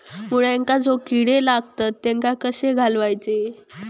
मुळ्यांका जो किडे लागतात तेनका कशे घालवचे?